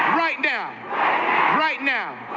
right now right now.